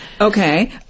okay